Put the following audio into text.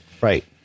right